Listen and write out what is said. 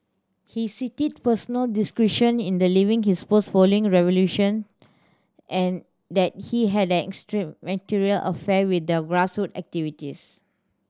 he cited personal discretion in the leaving his post following revelation and that he had an extramarital affair with the grass root activists